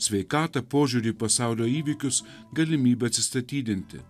sveikatą požiūrį į pasaulio įvykius galimybę atsistatydinti